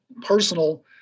personal